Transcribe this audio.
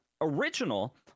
original